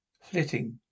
flitting